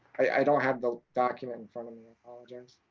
i i don't have the document in front of me, i apologize.